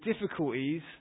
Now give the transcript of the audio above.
difficulties